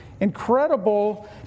Incredible